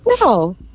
No